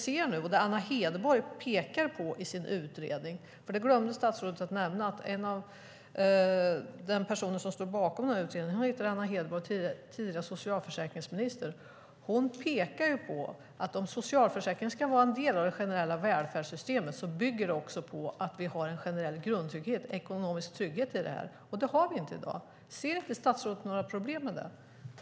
Statsrådet glömde att nämna att en av de personer som står bakom den utredning som har gjorts heter Anna Hedborg och är tidigare socialförsäkringsminister. Anna Hedborg pekar på att om socialförsäkringen ska vara en del av det generella välfärdssystemet bygger det på att vi har en generell grundtrygghet, ekonomisk trygghet, i det här. Det har vi inte i dag. Ser inte statsrådet några problem med det?